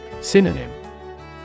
Synonym